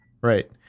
Right